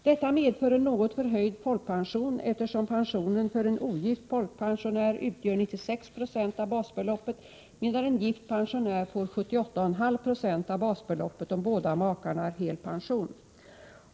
Detta medför en något förhöjd folkpension, eftersom pensionen för en ogift folkpensionär utgör 96 96 av basbeloppet, medan en gift pensionär får 78,5 96 av basbeloppet om båda makarna har hel pension.